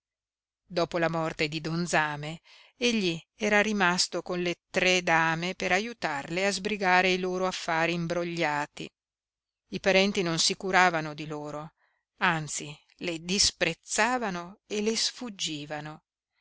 dopo la morte di don zame egli era rimasto con le tre dame per aiutarle a sbrigare i loro affari imbrogliati i parenti non si curavano di loro anzi le disprezzavano e le sfuggivano